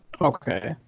Okay